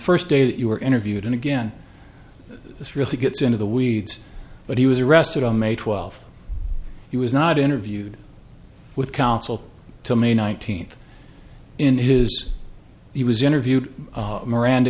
first day that you were interviewed and again this really gets into the weeds but he was arrested on may twelfth he was not interviewed with counsel to may nineteenth in his he was interviewed miranda